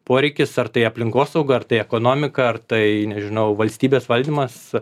poreikis ar tai aplinkosauga ar tai ekonomika ar tai nežinau valstybės valdymas